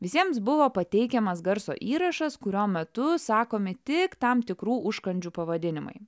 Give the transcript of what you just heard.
visiems buvo pateikiamas garso įrašas kurio metu sakomi tik tam tikrų užkandžių pavadinimai